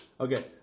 Okay